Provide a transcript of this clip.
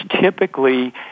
typically